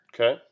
Okay